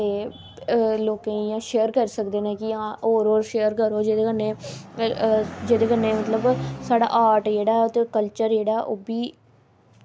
ते लोकें ई इंया शेयर करी सकदे कि आं होर शेयर करो जेह्दे कन्नै छड़ा आर्ट जेह्ड़ा कल्चर बी